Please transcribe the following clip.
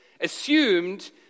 assumed